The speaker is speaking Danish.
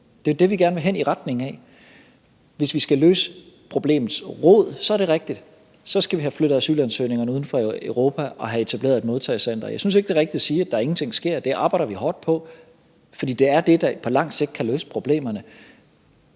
Det er det, vi gerne vil hen i retning af. Hvis vi skal løse problemets rod, er det rigtigt, at vi skal have flyttet asylansøgningerne uden for Europa og have etableret et modtagecenter. Jeg synes ikke, det er rigtigt at sige, at der ingenting sker. Det arbejder vi hårdt på, for det er det, der på lang sigt kan løse problemerne.